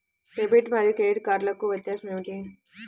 Debit మరియు credit కార్డ్లకు వ్యత్యాసమేమిటీ?